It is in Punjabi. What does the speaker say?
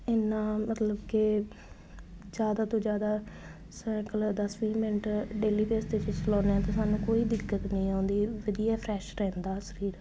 ਇੰਨਾ ਮਤਲਬ ਕਿ ਜ਼ਿਆਦਾ ਤੋਂ ਜ਼ਿਆਦਾ ਸਾਈਕਲ ਦਸ ਵੀਹ ਮਿੰਟ ਡੇਲੀ ਬੇਸ 'ਤੇ ਅਸੀਂ ਚਲਾਉਂਦੇ ਹਾਂ ਅਤੇ ਸਾਨੂੰ ਕੋਈ ਦਿੱਕਤ ਨਹੀਂ ਆਉਂਦੀ ਵਧੀਆ ਫਰੈਸ਼ ਰਹਿੰਦਾ ਸਰੀਰ